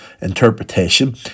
interpretation